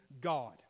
God